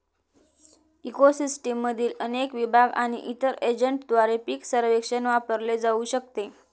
eco सिस्टीममधील अनेक विभाग आणि इतर एजंटद्वारे पीक सर्वेक्षण वापरले जाऊ शकते